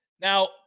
Now